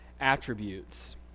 attributes